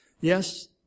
Yes